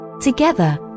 Together